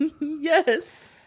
Yes